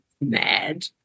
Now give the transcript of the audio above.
mad